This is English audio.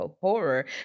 horror